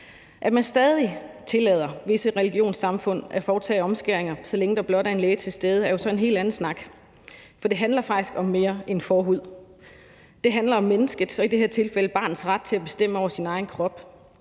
At man stadig tillader visse religionssamfund at foretage omskæringer, så længe der blot er en læge til stede, er jo så en helt anden snak, for det handler faktisk om mere end forhud. Det handler om menneskets og i det her tilfælde barnets ret til at bestemme over sin egen krop.